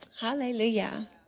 Hallelujah